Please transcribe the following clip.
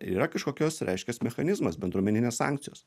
yra kažkokios reiškias mechanizmas bendruomeninės sankcijos